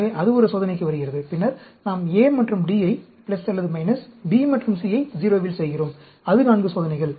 எனவே அது ஒரு சோதனைக்கு வருகிறது பின்னர் நாம் A மற்றும் D ஐ அல்லது B மற்றும் C யை 0 இல் செய்கிறோம் அது 4 சோதனைகள்